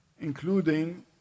including